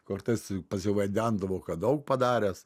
kortais pasivaidendavo kad daug padaręs